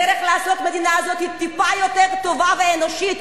דרך לעשות את המדינה הזאת טיפה יותר טובה ואנושית,